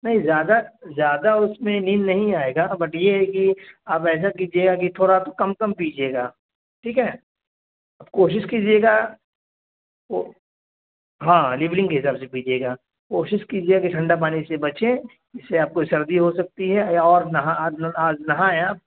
نہیں زیادہ زیادہ اس میں نیند نہیں آئے گا بٹ یہ ہے کہ آپ ایسا کیجیے گا کہ تھوڑا تو کم کم پیجیے گا ٹھیک ہے کوشش کیجیے گا وہ ہاں لیونلنگ کے حساب سے پیجیے گا کوشش کیجیے کہ ٹھنڈا پانی سے بچیں اس سے آپ کو سردی ہو سکتی ہے اور نہا آج نہائے ہیں آپ